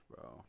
bro